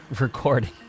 recording